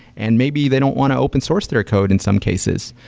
and maybe they don't want to open source their code in some cases.